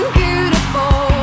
beautiful